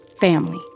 family